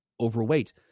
overweight